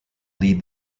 lead